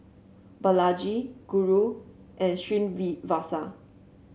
Balaji Guru and Srinivasa